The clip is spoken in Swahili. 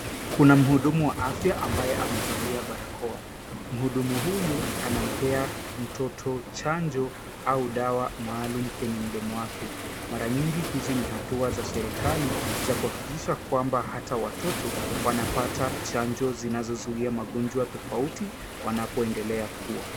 Kuna mhudumu wa afya, ambaye amevalia barakoa. Mhudumu huyu anampea mtoto chanjo au dawa maalum kwenye mdomo wake. Mara nyingi hizi ni hatua za serikali za kuhakikisha kwamba hata watoto, wanapata chanjo zinazozuia magonjwa tofauti wanapoendelea kua.